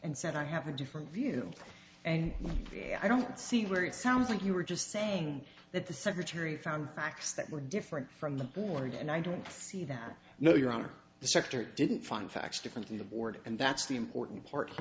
and said i have a different view and i don't see where it sounds like you were just saying that the secretary found facts that were different from the board and i don't see them no your honor the sector didn't fund facts different than the board and that's the important part